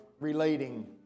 relating